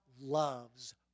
loves